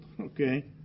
okay